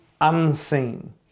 unseen